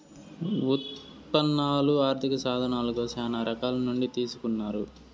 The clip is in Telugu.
ఉత్పన్నాలు ఆర్థిక సాధనాలుగా శ్యానా రకాల నుండి తీసుకున్నారు